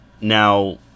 Now